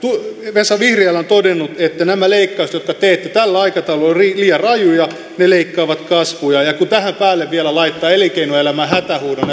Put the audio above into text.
vesa vihriälä on todennut että nämä leikkaukset jotka teette tällä aikataululla ovat liian rajuja ne leikkaavat kasvua ja kun tähän päälle vielä laittaa elinkeinoelämän hätähuudon